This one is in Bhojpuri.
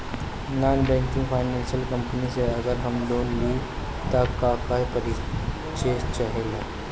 नॉन बैंकिंग फाइनेंशियल कम्पनी से अगर हम लोन लि त का का परिचय चाहे ला?